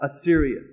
Assyria